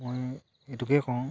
মই এইটোকে কওঁ